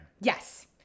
Yes